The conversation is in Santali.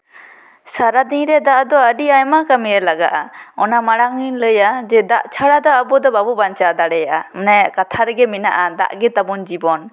ᱥᱟᱨᱟ ᱫᱤᱱ ᱨᱮᱫᱚ ᱟᱫᱚ ᱟᱹᱰᱤ ᱟᱭᱢᱟ ᱠᱟᱹᱢᱤ ᱨᱮ ᱞᱟᱜᱟᱜᱼᱟ ᱚᱱᱟ ᱢᱟᱲᱟᱝ ᱤᱧ ᱞᱟᱹᱭᱟ ᱫᱟᱜ ᱪᱷᱟᱲᱟ ᱫᱚ ᱟᱵᱚ ᱵᱟᱵᱚᱱ ᱵᱟᱧᱪᱟᱣ ᱫᱟᱲᱮᱭᱟᱜᱼᱟ ᱚᱱᱮ ᱠᱟᱛᱷᱟ ᱨᱮᱜᱮ ᱢᱮᱱᱟᱜᱼᱟ ᱫᱟᱜ ᱜᱮ ᱛᱟᱵᱚᱱ ᱡᱤᱵᱚᱱ